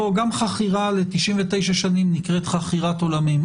גם חכירה ל-99 שנים נקראת חכירת עולמים,